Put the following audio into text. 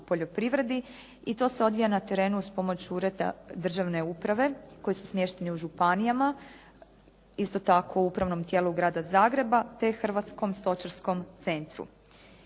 poljoprivredi. I to se odvija na terenu uz pomoć Ureda državne uprave koji su smješteni u županijama. Isto tako u upravnom tijelu Grada Zagreba, te Hrvatskom stočarskom centru.